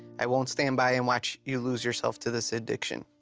i won't stand by and watch you lose yourself to this addiction.